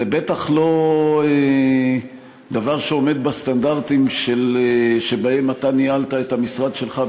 זה בטח לא דבר שעומד בסטנדרטים שבהם אתה ניהלת את המשרד שלך,